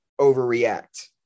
overreact